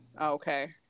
okay